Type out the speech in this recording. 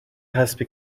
حسب